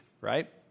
right